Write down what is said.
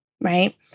right